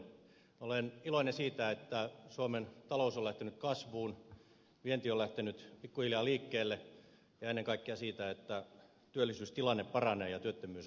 olen iloinen siitä että suomen talous on lähtenyt kasvuun vienti on lähtenyt pikkuhiljaa liikkeelle ja ennen kaikkea siitä että työllisyystilanne paranee ja työttömyys on lähtenyt laskemaan